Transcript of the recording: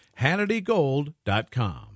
HannityGold.com